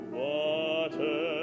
water